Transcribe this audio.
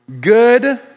good